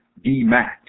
demat